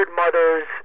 mothers